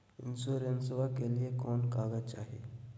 इंसोरेंसबा के लिए कौन कागज चाही?